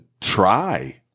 try